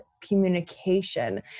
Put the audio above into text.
communication